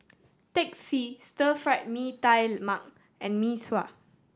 Teh C Stir Fried Mee Tai Mak and Mee Sua